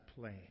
plane